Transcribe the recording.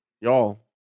Y'all